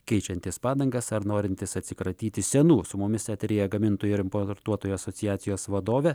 keičiantis padangas ar norintys atsikratyti senų su mumis eteryje gamintojų ir importuotojo asociacijos vadovė